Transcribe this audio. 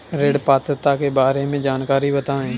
ऋण पात्रता के बारे में जानकारी बताएँ?